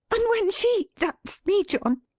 and when she that's me, john,